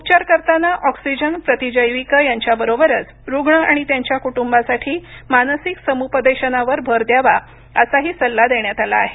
उपचार करताना ऑक्सिजन प्रतिजैविके यांच्याबरोबरच रुग्ण आणि त्यांच्या क्ट्रंबासाठी मानसिक समूपदेशन यावर भर द्यावा असा सल्लाही देण्यात आला आहे